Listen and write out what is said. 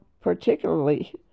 particularly